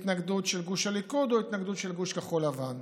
התנגדות של גוש הליכוד או התנגדות של גוש כחול לבן.